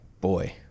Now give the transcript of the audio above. boy